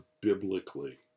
biblically